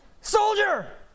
soldier